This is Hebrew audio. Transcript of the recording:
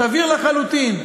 סביר לחלוטין.